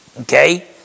Okay